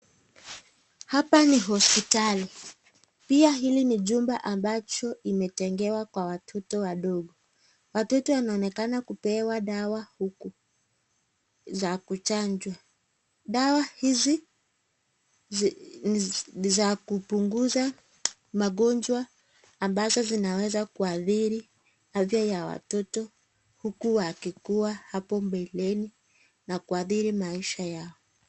Hapa ni hospitali pia hili ni jumba ambacho imetengewa kwa watoto wadogo watoto wanaonekana kupewa dawa huku za kuchanjwa ,dawa hizi ni za kupunguza magonjwa ambazo zinaweza kuadhiri afya ya watoto huku wakikuwa hapo mbeleni na kuadhiri maisha yao.